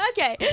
Okay